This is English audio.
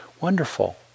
Wonderful